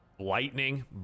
lightning